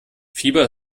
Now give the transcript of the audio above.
fieber